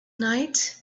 night